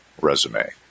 resume